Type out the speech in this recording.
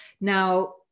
Now